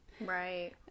Right